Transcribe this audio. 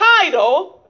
title